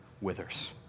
withers